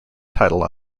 title